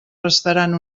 restaran